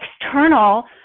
external